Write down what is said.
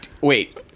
wait